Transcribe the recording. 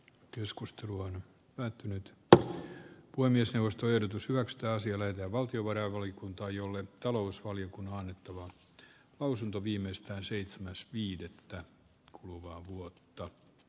keskustelu on päättynyt koko olemisen ostoyritys maksaa siellä ja valtiovarainvaliokunta jolle talousvaliokunnanitua lausunto viimeistään seitsemäs veronmaksajat pannaan vastuuseen